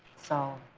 so.